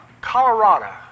Colorado